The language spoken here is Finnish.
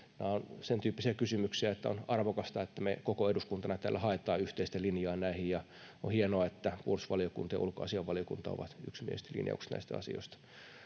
nämä ovat sentyyppisiä kysymyksiä että on arvokasta että me koko eduskuntana täällä haemme yhteistä linjaa näihin ja on hienoa että puolustusvaliokunta ja ulkoasiainvaliokunta ovat yksimieliset linjaukset näistä asioista